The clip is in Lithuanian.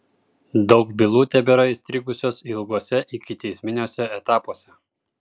daug bylų tebėra įstrigusios ilguose ikiteisminiuose etapuose